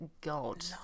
God